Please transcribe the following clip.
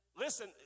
Listen